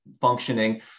functioning